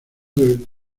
del